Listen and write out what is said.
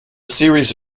series